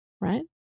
right